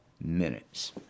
minutes